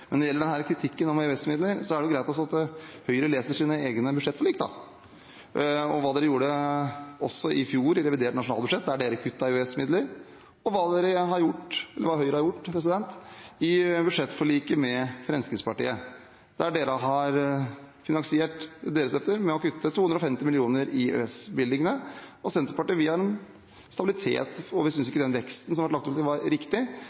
det. Vi er helt tydelige på det. Når det gjelder kritikken om EØS-midler, er det greit om Høyre leser sine egne budsjettforlik, om hva man gjorde i revidert nasjonalbudsjett også i fjor, da Høyre kuttet i EØS-midler, og hva Høyre har gjort i budsjettforliket med Fremskrittspartiet, der Høyre har finansiert sine løfter ved å kutte 250 mill. kr i EØS-bevilgningene. Senterpartiet har en stabilitet, og vi synes ikke den veksten som det har vært lagt opp til, var riktig.